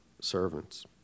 servants